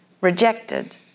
rejected